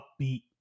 upbeat